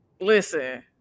Listen